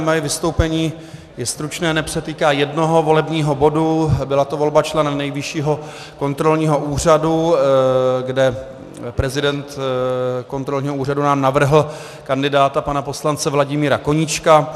Moje vystoupení je stručné, neb se týká jednoho volebního bodu, byla to volba člena Nejvyššího kontrolního úřadu, kde prezident kontrolního úřadu nám navrhl kandidáta pana poslance Vladimíra Koníčka.